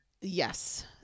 Yes